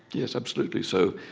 yes, absolutely so.